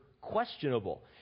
questionable